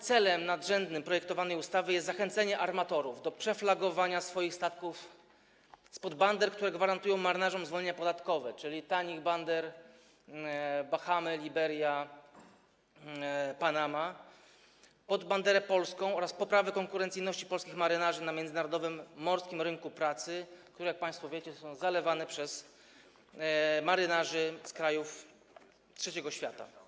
Celem nadrzędnym projektowanej ustawy jest zachęcenie armatorów do przeflagowania swoich statków spod bander, które gwarantują marynarzom zwolnienia podatkowe, czyli tanich bander państw takich jak Bahamy, Liberia, Panama, pod banderę polską, a także poprawa konkurencyjności polskich marynarzy na międzynarodowym morskim rynku pracy, który - jak państwo wiecie - jest zalewany przez marynarzy z krajów trzeciego świata.